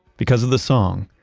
because of the song,